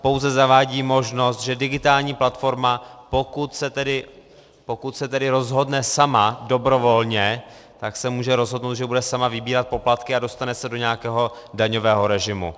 Pouze zavádí možnost, že digitální platforma, pokud se tedy rozhodne sama, dobrovolně, se může rozhodnout, že bude sama vybírat poplatky a dostane se do nějakého daňového režimu.